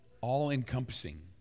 all-encompassing